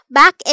back